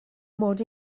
mod